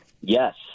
yes